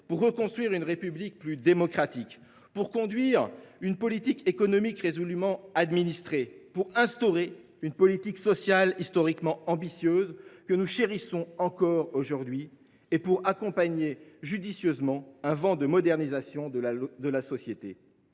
pour reconstruire une République plus démocratique, conduire une politique économique résolument administrée, instaurer une politique sociale historiquement ambitieuse, que nous chérissons encore aujourd’hui, et accompagner judicieusement un vent de modernisation de la société.